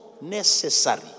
necessary